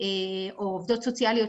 או עובדות סוציאליות,